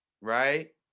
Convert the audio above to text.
right